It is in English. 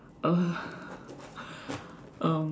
uh um